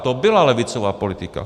To byla levicová politika.